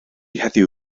heddiw